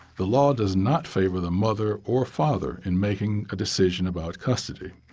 the law does not favor the mother or father in making a decision about custody.